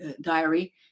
diary